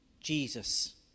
Jesus